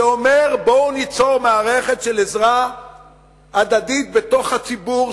זה אומר: בואו ניצור מערכת של עזרה הדדית בתוך הציבור,